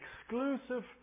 exclusive